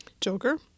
Joker